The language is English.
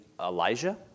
Elijah